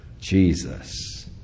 Jesus